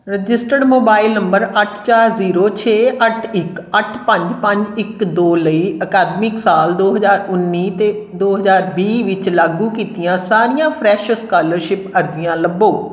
registered mobile number ਅੱਠ ਚਾਰ zero ਛੇ ਅੱਠ ਇੱਕ ਅੱਠ ਪੰਜ ਪੰਜ ਇੱਕ ਦੋ ਲਈ ਅਕਾਦਮਿਕ ਸਾਲ ਦੋ ਹਜ਼ਾਰ ਉੱਨੀ ਅਤੇ ਦੋ ਹਜ਼ਾਰ ਵੀਹ ਵਿੱਚ ਲਾਗੂ ਕੀਤੀਆਂ ਸਾਰੀਆਂ ਫਰੈਸ਼ ਸਕਾਲਰਸ਼ਿਪ ਅਰਜ਼ੀਆਂ ਲੱਭੋ